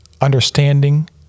understanding